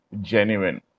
genuine